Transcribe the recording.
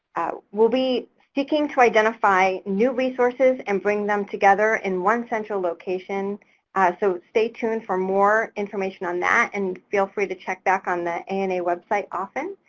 be seeking to identify new resources and bring them together in one central location so stay tuned for more information on that. and feel free to check back on the ana website often.